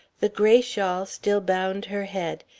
the gray shawl still bound her head,